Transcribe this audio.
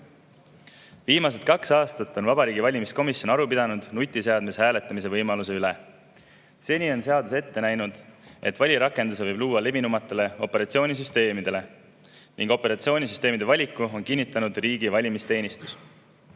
Viimased kaks aastat on Vabariigi Valimiskomisjon aru pidanud nutiseadmes hääletamise võimaluse üle. Seni on seadus ette näinud, et valijarakenduse võib luua levinumatele operatsioonisüsteemidele ning operatsioonisüsteemide valiku on kinnitanud riigi valimisteenistus.